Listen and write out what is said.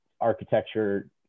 architecture